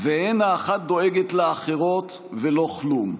ואין האחת דואגת לאחרות ולא כלום.